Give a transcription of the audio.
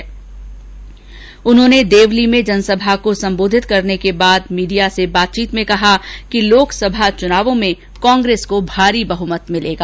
श्री पायलट ने देवली में जनसभा को सम्बोधित करने के बाद मीडिया से बातचीत में कहा कि लोकसभा चुनावों में कांग्रेस को भारी बहमत मिलेगा